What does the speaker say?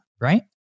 right